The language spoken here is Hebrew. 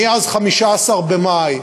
מאז 15 במאי,